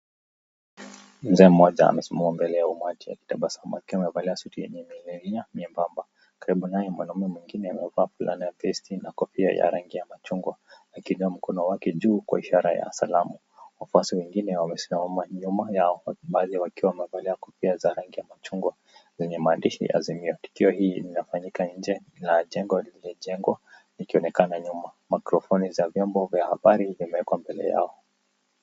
Mzee mmoja amesimama mbele ya umati akitabasamu akiwa amevalia suti yenye milia myembamba. Karibu naye mwanamume mwingine amevaa fulana ya vesti na kofia ya rangi ya machungwa. Akiwa amekono wake juu kwa ishara ya salamu. Wafasi wengine wamesimama nyuma yao baadhi wakiwa wamevalia kofia za rangi ya machungwa zenye maandishi azimio. Tukio hili linafanyika nje la jengo lile jengo likionekana nyuma. Mikrofoni za vyombo vya habari zimewekwa mbele yao.